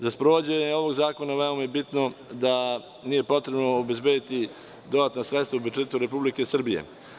Za sprovođenjem ovog zakona veoma je bitno da je potrebno obezbediti dodatna sredstva iz budžeta Republike Srbije.